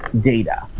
data